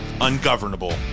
ungovernable